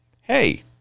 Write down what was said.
hey